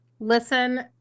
Listen